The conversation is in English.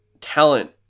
talent